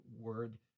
word